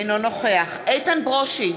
אינו נוכח איתן ברושי,